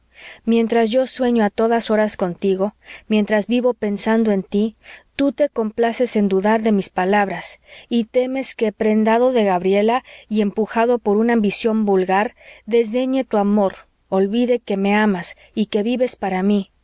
mientras yo sueño a todas horas contigo mientras vivo pensando en tí tú te complaces en dudar de mis palabras y temes que prendado de gabriela y empujado por una ambición vulgar desdeñe tu amor olvide que me amas y que vives para mí